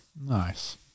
Nice